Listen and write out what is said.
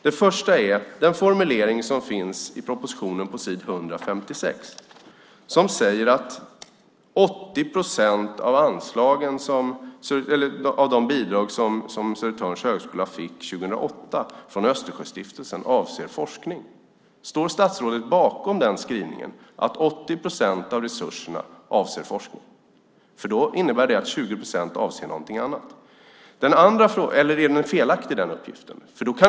På s. 156 i propositionen finns en formulering om att 80 procent av de bidrag som Södertörns högskola fick 2008 från Östersjöstiftelsen avser forskning. Står statsrådet bakom den skrivningen? Det innebär i så fall att 20 procent avser något annat. Eller är uppgiften felaktig?